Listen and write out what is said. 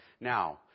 Now